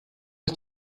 ist